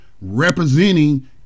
representing